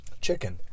chicken